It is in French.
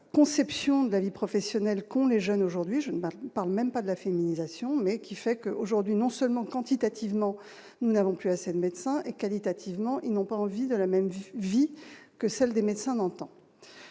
conception de la vie professionnelle qu'ont les jeunes aujourd'hui, je ne parle même pas de la féminisation, mais qui fait qu'aujourd'hui non seulement quantitativement, nous n'avons plus assez de médecins, et qualitativement, ils n'ont pas envie de la même ville vie que celle des médecins d'antan,